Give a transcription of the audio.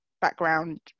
background